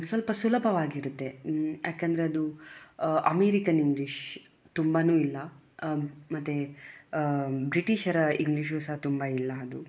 ಸ್ವಲ್ಪ ಸುಲಭವಾಗಿರುತ್ತೆ ಯಾಕೆಂದರೆ ಅದು ಅದು ಅಮೇರಿಕನ್ ಇಂಗ್ಲಿಷ್ ತುಂಬನೂ ಇಲ್ಲ ಮತ್ತು ಬ್ರಿಟೀಷರ ಇಂಗ್ಲಿಷೂ ಸಹ ತುಂಬ ಇಲ್ಲ ಅದು